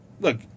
look